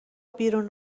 بیرون